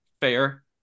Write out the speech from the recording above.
fair